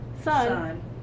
Son